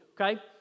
okay